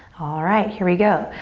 alright, here we go.